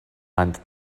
and